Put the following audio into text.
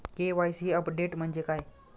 KYC update म्हणजे काय?